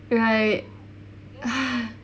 right ah